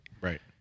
right